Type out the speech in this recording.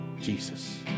Jesus